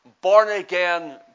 born-again